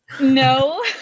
No